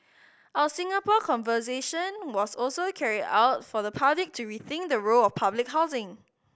our Singapore Conversation was also carried out for the public to rethink the role of public housing